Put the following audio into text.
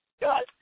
God